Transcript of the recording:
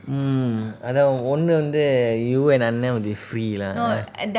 mm அதான் ஒண்ணு வந்து:athan onnu vanthu free lah !huh!